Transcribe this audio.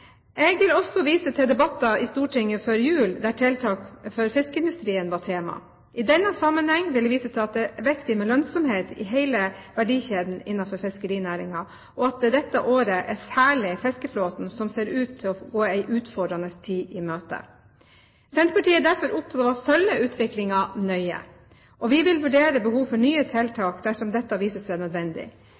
Jeg vil også vise til debatter i Stortinget før jul der tiltak for fiskeindustrien var tema. I denne sammenheng vil jeg vise til at det er viktig med lønnsomhet i hele verdikjeden innenfor fiskerinæringen, og at det dette året særlig er fiskeflåten som ser ut til å gå en utfordrende tid i møte. Senterpartiet er derfor opptatt av å følge utviklingen nøye, og vi vil vurdere behov for nye tiltak dersom dette viser seg nødvendig.